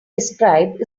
described